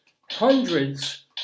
hundreds